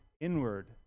inward